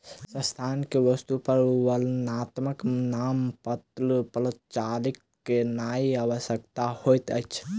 संस्थान के वस्तु पर वर्णात्मक नामपत्र प्रचारित केनाई आवश्यक होइत अछि